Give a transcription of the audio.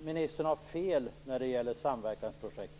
Ministern har fel när det gäller samverkansprojekten.